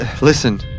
Listen